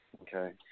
Okay